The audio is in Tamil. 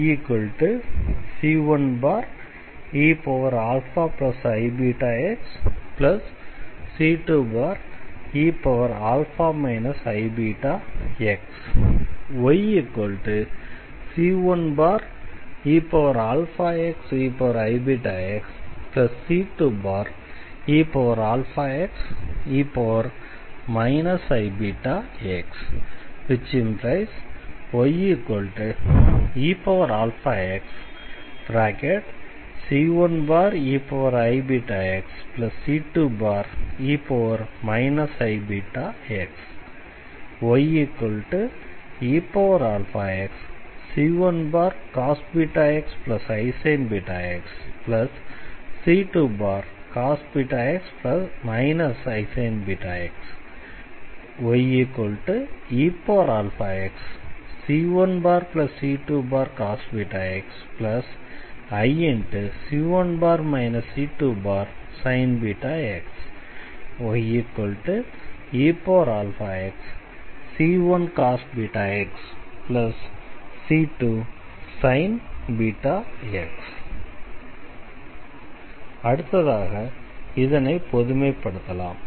yc1eαiβxc2eα iβx yc1eαxeiβxc2eαxe iβx ⟹yeαxc1eiβxc2e iβx yeαxc1cos βxisin βx c2cos βx isin βx yeαxc1c2cos βx isin βx yeαxc1cos βxc2sin βx அடுத்ததாக இதனை பொதுமைப் படுத்தலாம்